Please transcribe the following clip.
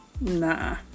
Nah